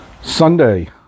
sunday